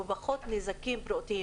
עם פחות נזקים בריאותיים.